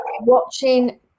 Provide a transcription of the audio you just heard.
watching